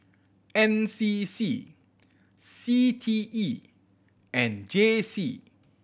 N C C C T E and J C